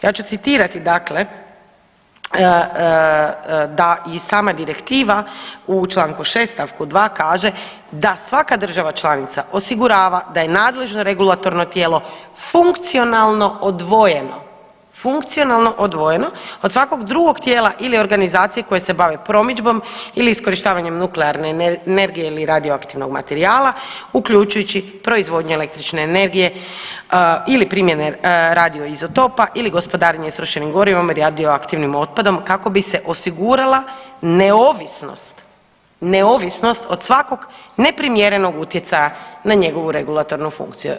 Ja ću citirati dakle da i sama direktiva u čl. 6 st. 2 kaže da svaka država članica osigurava da je nadležno regulatorno tijelo funkcionalno odvojeno od svakog drugog tijela ili organizacije koje se bavi promidžbom ili iskorištavanjem nuklearne energije ili radioaktivnog materijala, uključujući proizvodnju električne energije ili primjene radio-izotopa ili gospodarenje istrošenim gorivom i radioaktivnim otpadom kako bi se osigurala neovisnost od svakog neprimjerenog utjecaja na njegovu regulatornu funkciju.